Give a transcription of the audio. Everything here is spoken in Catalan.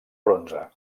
bronze